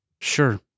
Sure